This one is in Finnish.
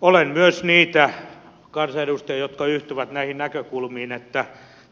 olen myös niitä kansanedustajia jotka yhtyvät näihin näkökulmiin